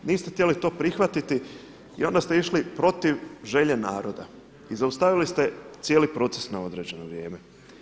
Niste htjeli to prihvatiti i onda ste išli protiv želje naroda i zaustavili ste cijeli proces na određeno vrijeme.